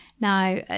Now